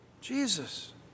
Jesus